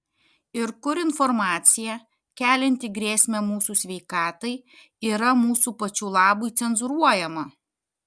ir kur informacija kelianti grėsmę mūsų sveikatai yra mūsų pačių labui cenzūruojama